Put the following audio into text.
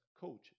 COACH